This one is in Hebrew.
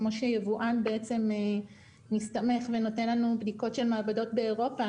כמו שיבואן מסתמך ונותן לנו בדיקות של מעבדות באירופה,